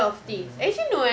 I don't know